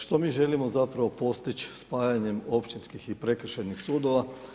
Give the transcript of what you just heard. Što mi želimo zapravo postići spajanjem općinskih i prekršajnih sudova?